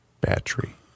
Battery